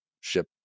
ship